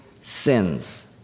sins